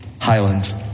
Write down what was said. Highland